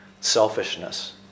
selfishness